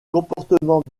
comportements